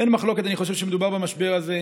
אין מחלוקת, אני חושב, כשמדובר במשבר הזה,